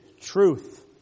truth